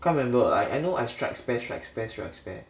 can't remember I I know I strike spare strike spare strike spare